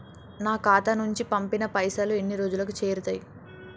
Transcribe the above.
నా ఖాతా నుంచి పంపిన పైసలు ఎన్ని రోజులకు చేరుతయ్?